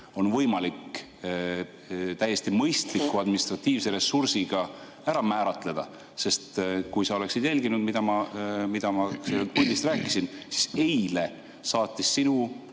on võimalik täiesti mõistliku administratiivse ressursiga ära määratleda. Kui sa oleksid jälginud, mida ma puldis rääkisin, siis [teaksid,